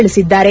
ತಿಳಿಸಿದ್ದಾರೆ